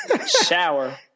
shower